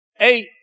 Eight